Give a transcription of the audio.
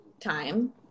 time